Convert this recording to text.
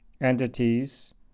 entities